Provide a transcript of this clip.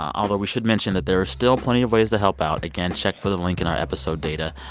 although, we should mention that there are still plenty of ways to help out. again, check for the link in our episode data.